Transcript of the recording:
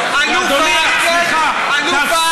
אתה אלוף ההייטק ואלוף העוני.